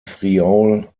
friaul